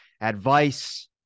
advice